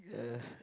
uh